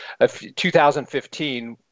2015